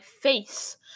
face